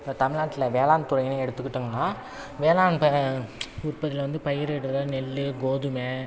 இப்போ தமிழ்நாட்டில் வேளாண்துறைன்னு எடுத்துக்கிட்டோம்னா வேளாண் உற்பத்தியில் வந்து பயிரிடுகிற நெல் கோதுமை